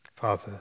Father